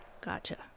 Gotcha